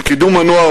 לקידום הנוער,